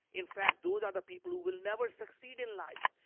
in fact, those are the people who will never succeed in life.